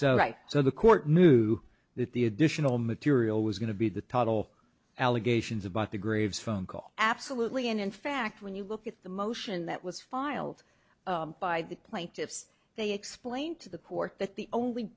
right so the court knew that the additional material was going to be the total allegations about the graves phone call absolutely and in fact when you look at the motion that was filed by the plaintiffs they explained to the court that the only